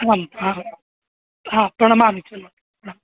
आम् आम् प्रणमामि श्रीमन् प्रणाम्